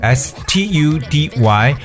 study